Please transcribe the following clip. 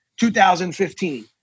2015